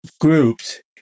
groups